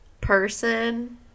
person